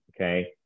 okay